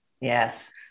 Yes